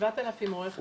7,000 רואי חשבון.